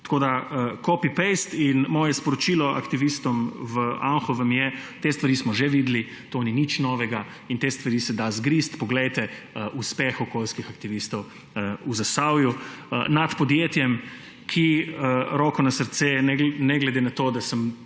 Tako je to copy-paste. Moje sporočilo aktivistom v Anhovem je – te stvari smo že videli, to ni nič novega in te stvari se da zgristi: poglejte uspeh okoljskih aktivistov v Zasavju nad podjetjem, ki je – roko na srce, ne glede na to, da sem